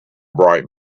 bright